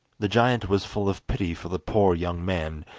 the giant was full of pity for the poor young man,